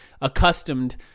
accustomed